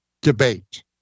debate